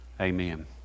Amen